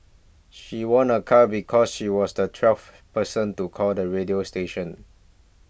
she won a car because she was the twelfth person to call the radio station